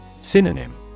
Synonym